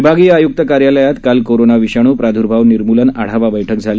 विभागीय आय्क्त कार्यालयात काल कोरोना विषाणू प्रादर्भाव निर्म्लन आढावा बैठक झाली